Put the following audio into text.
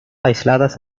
aisladas